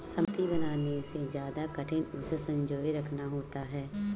संपत्ति बनाने से ज्यादा कठिन उसे संजोए रखना होता है